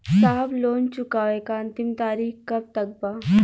साहब लोन चुकावे क अंतिम तारीख कब तक बा?